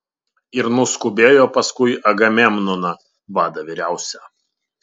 ir nuskubėjo paskui agamemnoną vadą vyriausią